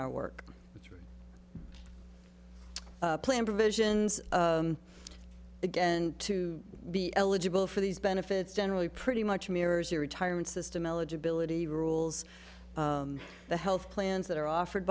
our work plan provisions again to be eligible for these benefits generally pretty much mirrors the retirement system eligibility rules the health plans that are offered